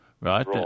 right